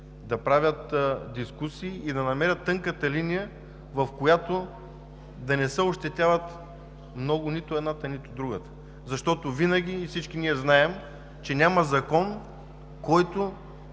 да правят дискусии и да намерят тънката линия, в която да не се ощетяват много нито едната, нито другата, защото никога, всички ние знаем, няма закон, от